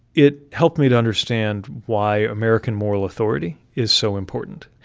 it helped me to understand why american moral authority is so important.